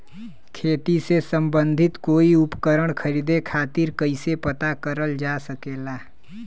खेती से सम्बन्धित कोई उपकरण खरीदे खातीर कइसे पता करल जा सकेला?